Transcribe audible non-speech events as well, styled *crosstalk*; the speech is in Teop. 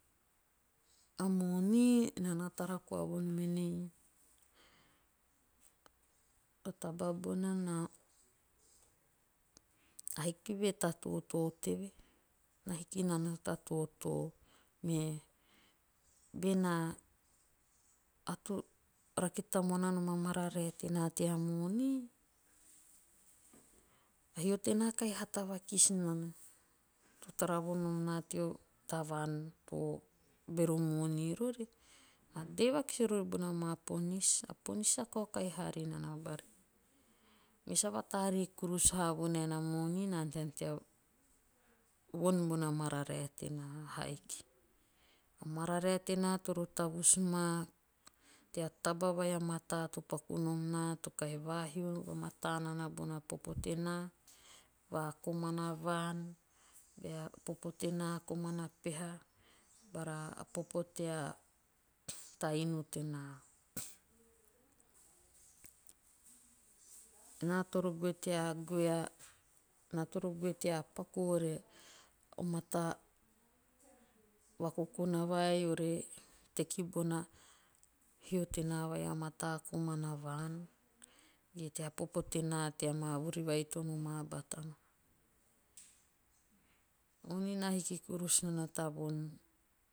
A moni. naa na tara koa vonom enei a taba bona na *unintelligible* a hiki ve ta toto teve. na hiki nana ta totoo. me benaa tea moni a hio tena kahi hata vakis nana. to tara vonom naa tea tavaan to bero moni rori. na tei vakis rori mibona maa ponis. A ponis sa kaokahi haa rinana bari. Me sa vatare kurus haa vonaen a moni na ante nana tea von bona mararae tenaa. ahaiki. A mararae tena toro tavus maa tea taba vai a mataa to paku nom naa to kahi va hio vamataa nana bona popo tenaa komana peha. bara popo tea ta inu tenaa. Naa toro goe tea paku are o mata vakokona vai re teki bona hio tenaa vai a mataa komana vaan. tea maa vuri vai to noma batana. Moni na hiki kurus nana tea von *unintelligible*